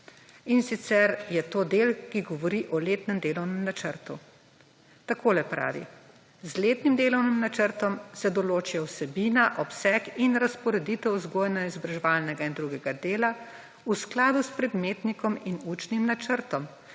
In sicer, je to del, ki govori o letnem delovnem načrtu. Takole pravi, »z letnim delovnim načrtom se določi vsebina, obseg in razporeditev vzgojno-izobraževalnega in drugega dela, v skladu s predmetnikom in učnim načrtom